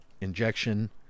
injection